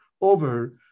over